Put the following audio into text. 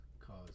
cause